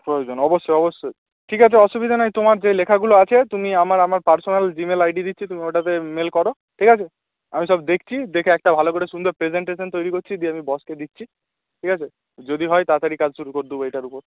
প্রয়োজন অবশ্যই অবশ্যই ঠিক আছে অসুবিধা নাই তোমার যে লেখাগুলো আছে তুমি আমার আমার পার্সোনাল জিমেইল আই ডি দিচ্ছি তুমি ওটাতে মেল করো ঠিক আছে আমি সব দেখছি দেখে একটা ভালো করে সুন্দর প্রেজেন্টেশন তৈরী করছি দিয়ে আমি বসকে দিচ্ছি ঠিক আছে যদি হয় তাড়াতাড়ি কাজ শুরু করে দেব এটার উপর